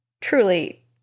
truly